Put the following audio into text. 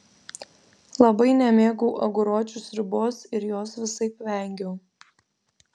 labai nemėgau aguročių sriubos ir jos visaip vengiau